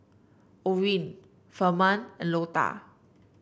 Orin Firman and Lota